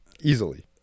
easily